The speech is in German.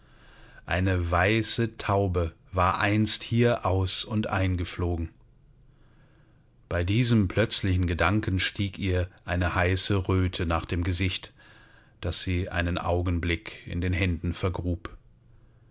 eine weiße taube war einst hier aus und ein geflogen bei diesem plötzlichen gedanken stieg in ihr eine heiße röte nach dem gesicht das sie einen augenblick in den händen vergrub